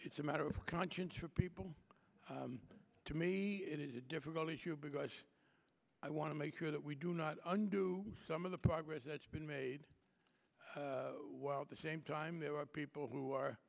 it's a matter of conscience for people to me it is a difficult issue because i want to make sure that we do not under some of the progress that's been made at the same time there are people who are